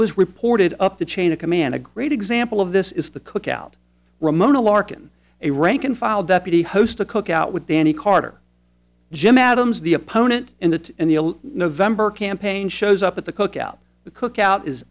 was reported up the chain of command a great example of this is the cookout ramona larken a rank and file deputy host a cook out with danny carter jim adams the opponent in the in the november campaign shows up at the cookout the cookout is